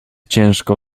ciężko